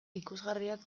ikusgarriak